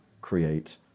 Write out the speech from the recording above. create